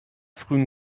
frühen